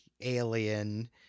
alien